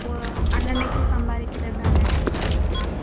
ஓ அன்னன்னைக்கு சம்பாரிக்கிறது அன்னன்னைக்கு செலவு மேம்